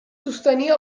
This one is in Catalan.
sostenir